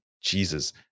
jesus